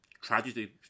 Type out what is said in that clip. tragedy